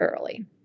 early